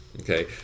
Okay